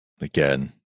Again